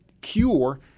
cure